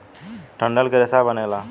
डंठल के रेसा बनेला